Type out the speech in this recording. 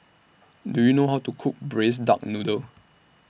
Do YOU know How to Cook Braised Duck Noodle